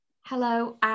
Hello